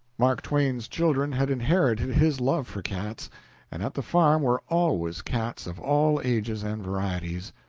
mark twain's children had inherited his love for cats, and at the farm were always cats of all ages and varieties.